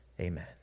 Amen